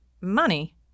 Money